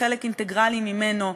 כחלק אינטגרלי ממנו,